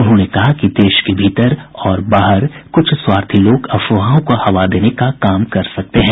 उन्होंने कहा कि देश के भीतर और बाहर कुछ स्वार्थी लोग अफवाहों को हवा देने का काम कर सकते हैं